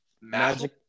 Magic